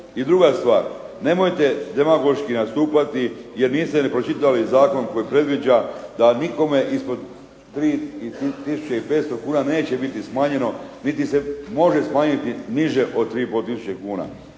I druga stvar, nemojte demagoški nastupati jer niste ni pročitali zakon koji predviđa da nikome ispod 3 tisuće i 500 kuna neće biti smanjeno, niti se može smanjiti niže od 3 i